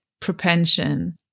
propension